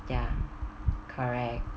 ya correct